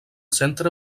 centre